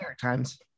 Times